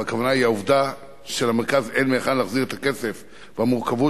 והכוונה היא העובדה שלמרכז אין מהיכן להחזיר את הכסף והמורכבות